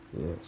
Yes